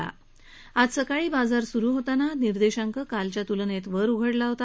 खरंतर आज सकाळी बाजार स्रु होताना निर्देशांक कालच्या त्लनेत वर उघडला होता